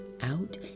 out